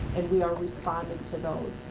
and we are responding to those.